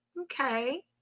okay